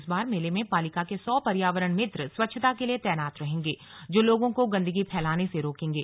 इस बार मेले में पालिका के सौ पर्यावरण मित्र स्वच्छता के लिए तैनात रहेंगे जो लोगों को गंदगी फैलाने से रोकेंगे